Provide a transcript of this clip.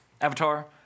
Avatar